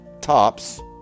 tops